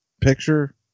picture